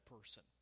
person